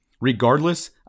Regardless